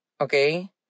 Okay